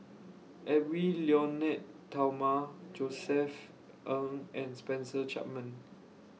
Edwy Lyonet Talma Josef Ng and Spencer Chapman